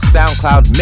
SoundCloud